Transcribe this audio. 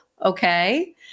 Okay